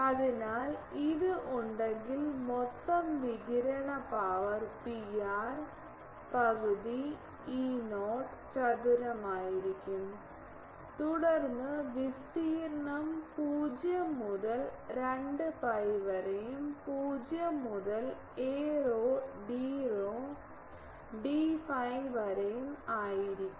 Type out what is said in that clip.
അതിനാൽ ഇത് ഉണ്ടെങ്കിൽ മൊത്തം വികിരണ പവർ Pr പകുതി Y0 E0 ചതുരമായിരിക്കും തുടർന്ന് വിസ്തീർണ്ണം 0 മുതൽ 2 pi വരെയും 0 മുതൽ a ρ d rho d phi വരെയും ആയിരിക്കും